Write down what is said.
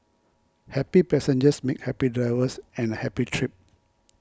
happy passengers make happy drivers and a happy trip